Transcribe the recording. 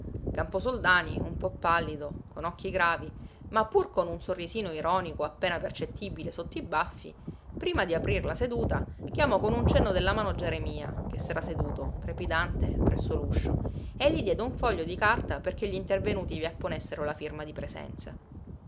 stupidi camposoldani un po pallido con occhi gravi ma pur con un sorrisino ironico appena percettibile sotto i baffi prima di aprir la seduta chiamò con un cenno della mano geremia che s'era seduto trepidante presso l'uscio e gli diede un foglio di carta perché gl'intervenuti vi apponessero la firma di presenza